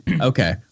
okay